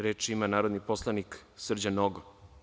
Reč ima narodni poslanik Srđan Nogo.